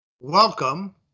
Welcome